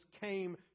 came